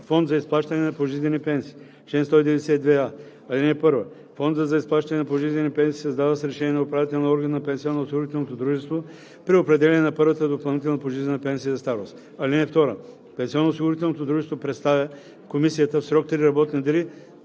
„Фонд за изплащане на пожизнени пенсии Чл. 192а. (1) Фондът за изплащане на пожизнени пенсии се създава с решение на управителния орган на пенсионноосигурителното дружество при определяне на първата допълнителна пожизнена пенсия за старост. (2) Пенсионноосигурителното дружество представя в комисията в срок три работни дни